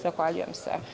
Zahvaljujem se.